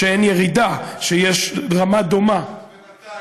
ירידה, שיש רמה דומה, בינתיים.